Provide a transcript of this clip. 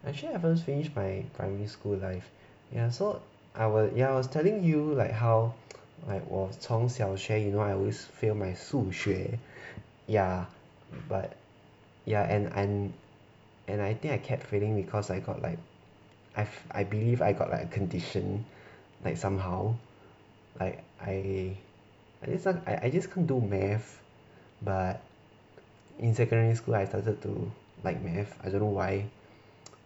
actually I haven't finish my primary school life ya so I will ya was telling you like how like 我从小学 you know I always fail my 数学 ya but ya and and and I think I kept failing cause I got like I I believe I got like a condition like somehow I I this one I I just can't do math but in secondary school I started to like math I don't know why